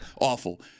awful